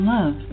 Love